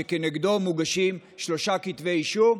שכנגדו מוגשים שלושה כתבי אישום,